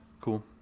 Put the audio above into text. cool